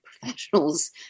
professionals